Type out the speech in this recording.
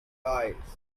eyes